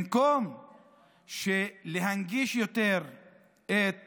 במקום להנגיש יותר את